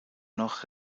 noch